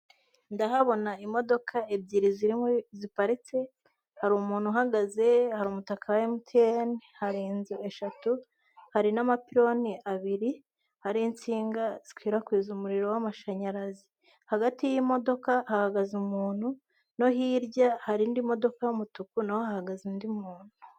Ndahabona imodoka ebyiri zirimo ziparitse, hari umuntu uhagaze, hari umutaka wa emutiyeni, hari inze eshatu, hari n'amapironi abiri ariho insinga zikwirakwiza umuriro w'amashanyarazi. Hagati y'imodoka hahagaze umuntu, no hirya hari indi modoka y'umutuku, na ho hahagaze undi muntu.